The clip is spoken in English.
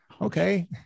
Okay